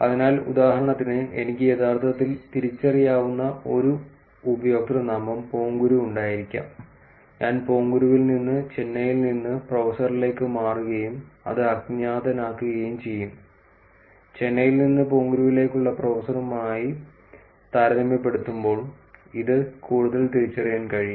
അതിനാൽ ഉദാഹരണത്തിന് എനിക്ക് യഥാർത്ഥത്തിൽ തിരിച്ചറിയാവുന്ന ഒരു ഉപയോക്തൃനാമം പോങ്കുരു ഉണ്ടായിരിക്കാം ഞാൻ പോങ്കുരുവിൽ നിന്ന് ചെന്നൈയിൽ നിന്ന് പ്രൊഫസറിലേക്ക് മാറുകയും അത് അജ്ഞാതനാക്കുകയും ചെയ്യും ചെന്നൈയിൽ നിന്ന് പോങ്കുരുവിലേക്കുള്ള പ്രൊഫസറുമായി താരതമ്യപ്പെടുത്തുമ്പോൾ ഇത് കൂടുതൽ തിരിച്ചറിയാൻ കഴിയും